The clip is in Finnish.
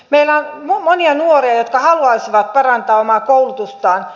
meillä on monia nuoria jotka haluaisivat parantaa omaa koulutustaan